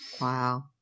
Wow